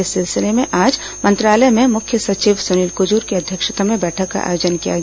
इस सिलसिले में आज मंत्रालय में मुख्य सचिव सुनील कुजूर की अध्यक्षता में बैठक का आयोजन किया गया